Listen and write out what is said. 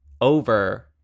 over